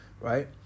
right